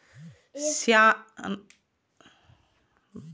శ్యానా సార్లు ఏటిఎంలలో డబ్బులు తీసుకుంటే ఫైన్ లు ఏత్తన్నారు